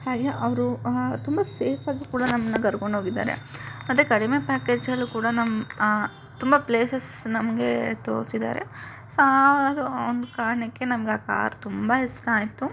ಹಾಗೆ ಅವರು ತುಂಬ ಸೇಫ್ ಆಗಿ ಕೂಡ ನಮ್ಮನ್ನ ಕರ್ಕೊಂಡು ಹೋಗಿದ್ದಾರೆ ಮತ್ತು ಕಡಿಮೆ ಪ್ಯಾಕೇಜಲ್ಲೂ ಕೂಡ ನಮ್ಮ ತುಂಬ ಪ್ಲೇಸಸ್ ನಮಗೆ ತೋರ್ಸಿದ್ದಾರೆ ಸೊ ಆ ಅದು ಒಂದು ಕಾರಣಕ್ಕೆ ನಮ್ಗೆ ಆ ಕಾರ್ ತುಂಬ ಇಷ್ಟ ಆಯಿತು